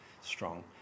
strong